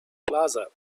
plaza